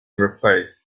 replaced